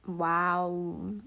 !wow!